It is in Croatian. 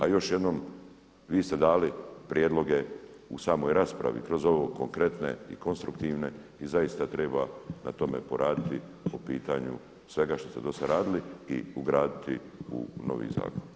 A još jednom vi ste dali prijedloge u samoj raspravi kroz ovo, konkretne i konstruktivne i zaista treba na tome poraditi po pitanju svega što ste do sada radili i ugraditi u novi zakon.